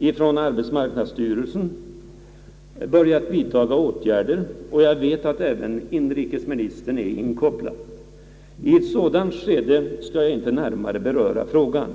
och från arbetsmarknadsstyrelsen börjat vidta åtgärder, och jag vet att även inrikesministern är inkopplad. I ett sådant skede skall jag inte närmare beröra frågan.